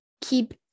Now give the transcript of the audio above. keep